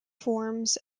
forms